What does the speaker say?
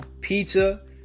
Pizza